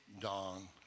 dawn